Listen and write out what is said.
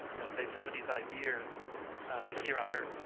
you know say, seventy five years here on earth.